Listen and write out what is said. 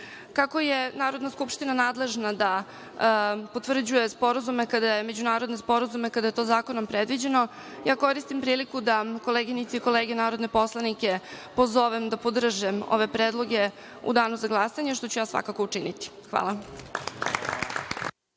je Narodna skupština nadležna da potvrđuje sporazume kada je to zakonom predviđeno, koristim priliku da koleginice i kolege narodne poslanike pozovem da podrže ove predloge u danu za glasanje, što ću ja svakako učiniti. Hvala.